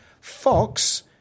Fox